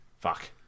fuck